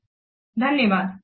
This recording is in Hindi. आपका बहुत धन्यवाद